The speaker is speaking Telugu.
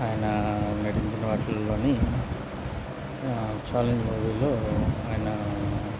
ఆయన నటించిన వాటిల్లోని ఛాలెంజ్ మూవీలో ఆయన